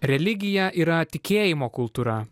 religija yra tikėjimo kultūra